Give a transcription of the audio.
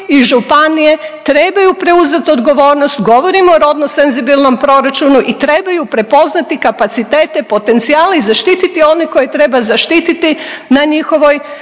i županije trebaju preuzeti odgovornost, govorimo o rodno senzibilnom proračunu i trebaju prepoznati kapacitete, potencijale i zaštiti one koje treba zaštititi na njihovoj